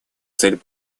цель